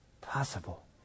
possible